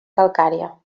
calcària